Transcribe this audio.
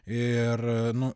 ir nu